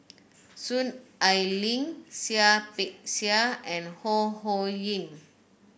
Soon Ai Ling Seah Peck Seah and Ho Ho Ying